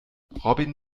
robin